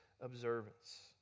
observance